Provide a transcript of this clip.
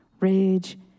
rage